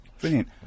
brilliant